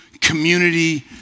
community